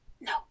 No